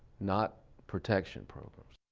not protection programs.